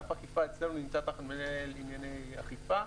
אגף האכיפה אצלנו נמצא תחת מנהל לענייני אכיפה.